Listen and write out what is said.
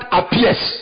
appears